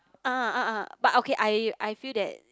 ah ah ah but okay I I feel that